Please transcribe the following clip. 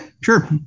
sure